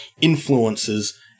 influences